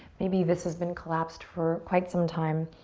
maybe this has been collapsed for quite some time.